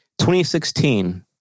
2016